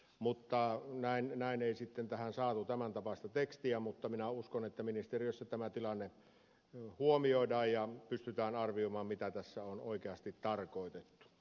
mutta näin ei sitten tähän saatu tämän tapaista tekstiä mutta minä uskon että ministeriössä tämä tilanne huomioidaan ja pystytään arvioimaan mitä tässä on oikeasti tarkoitettu